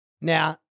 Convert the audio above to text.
Now